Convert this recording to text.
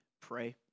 pray